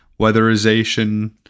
weatherization